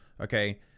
Okay